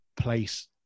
place